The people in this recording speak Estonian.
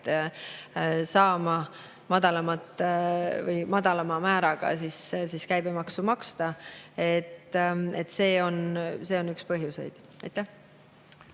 saama madalama määraga käibemaksu maksta? See on üks põhjuseid. Aitäh!